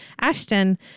Ashton